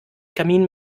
kamin